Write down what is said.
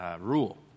rule